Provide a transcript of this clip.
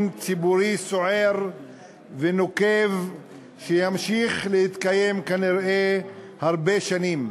ציבורי סוער ונוקב שימשיך להתקיים כנראה הרבה שנים,